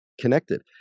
connected